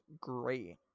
great